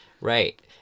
Right